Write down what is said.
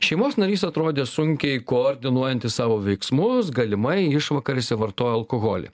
šeimos narys atrodė sunkiai koordinuojantis savo veiksmus galimai išvakarėse vartojo alkoholį